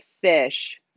fish